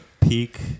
peak